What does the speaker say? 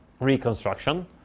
reconstruction